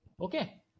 okay